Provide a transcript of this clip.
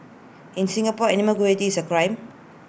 in Singapore animal cruelty is A crime